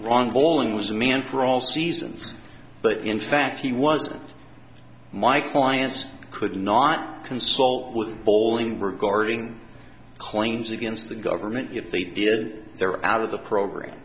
wrong all in was a man for all seasons but in fact he wasn't my clients could not consult with alling regarding claims against the government if they did they're out of the program